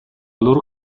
loro